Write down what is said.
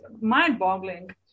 mind-boggling